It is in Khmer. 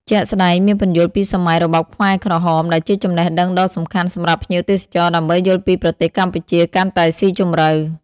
ជាក់ស្តែកមានពន្យល់ពីសម័យរបបខ្មែរក្រហម ដែលជាចំណេះដឹងដ៏សំខាន់សម្រាប់ភ្ញៀវទេសចរដើម្បីយល់ពីប្រទេសកម្ពុជាកាន់តែស៊ីជម្រៅ។